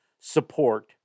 support